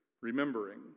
remembering